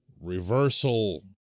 reversal